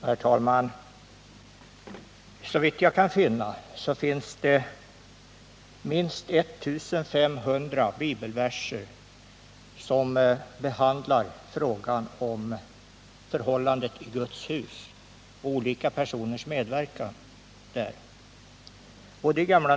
Herr talman! Såvitt jag vet finns det både i Gamla och i Nya testamentet minst 1 500 bibelverser som behandlar frågan om förhållandet i Guds hus och olika personers medverkan där.